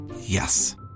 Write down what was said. Yes